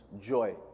joy